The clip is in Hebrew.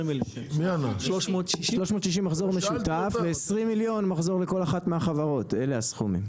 20 מיליון מחזור לכל אחת מהחברות, אלה הסכומים.